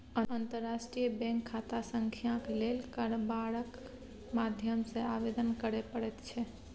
अंतर्राष्ट्रीय बैंक खाता संख्याक लेल कारबारक माध्यम सँ आवेदन करय पड़ैत छै